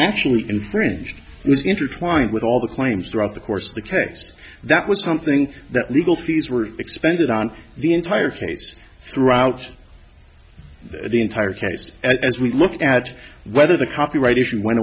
actually infringed intertwined with all the claims throughout the course of the case that was something that legal fees were expended on the entire case throughout the entire case as we look at whether the copyright issue went